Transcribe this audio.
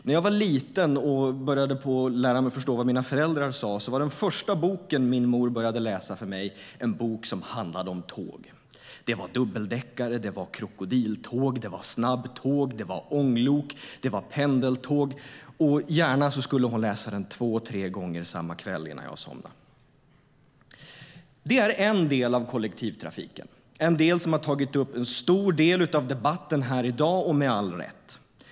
När jag var liten och började lära mig förstå vad mina föräldrar sa var den första boken min mor började läsa för mig en bok som handlade om tåg - dubbeldäckare, krokodiltåg, snabbtåg, ånglok och pendeltåg - och gärna skulle hon läsa den två tre gånger samma kväll innan jag somnade. Det är en del av kollektivtrafiken, en del som har tagit upp en stor del av debatten här i dag, och med all rätt.